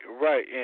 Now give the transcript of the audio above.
right